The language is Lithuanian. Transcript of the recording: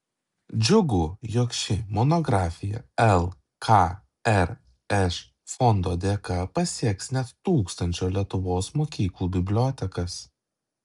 džiugu jog ši monografija lkrš fondo dėka pasieks net tūkstančio lietuvos mokyklų bibliotekas